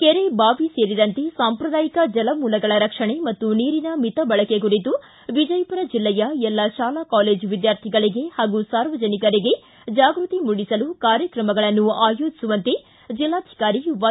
ಕೆರೆ ಬಾವಿ ಸೇರಿದಂತೆ ಸಾಂಪ್ರದಾಯಿಕ ಜಲಮೂಲಗಳ ರಕ್ಷಣೆ ಮತ್ತು ನೀರಿನ ಮಿತ ಬಳಕೆ ಕುರಿತು ವಿಜಯಪುರ ಜಲ್ಲೆಯ ಎಲ್ಲ ಶಾಲಾ ಕಾಲೇಜ್ ವಿದ್ವಾರ್ಥಿಗಳಗೆ ಹಾಗೂ ಸಾರ್ವಜನಿಕರಿಗೆ ಜಾಗೃತಿ ಮೂಡಿಸಲು ಕಾರ್ಯಕ್ರಮಗಳನ್ನು ಆಯೋಜಿಸುವಂತೆ ಜಿಲ್ಲಾಧಿಕಾರಿ ವೈ